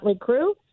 crew